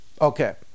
okay